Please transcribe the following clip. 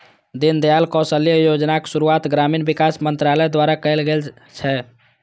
दीनदयाल कौशल्य योजनाक शुरुआत ग्रामीण विकास मंत्रालय द्वारा कैल गेल छै